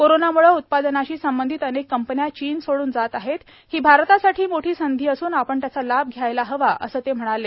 कोरोनाम्ळे उत्पादनाशी संबंधित अनेक कंपन्या चीन सोडून जात आहेत ही भारतासाठी मोठी संधी असून आपण त्याचा लाभ घ्यायला हवा असं ते म्हणाले